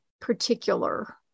particular